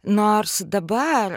nors dabar